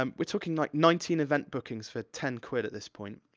um we're talking, like, nineteen event bookings for ten quid, at this point.